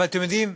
אבל, אתם יודעים,